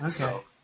Okay